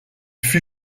fut